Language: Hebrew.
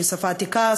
שהיא שפה עתיקה,